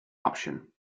option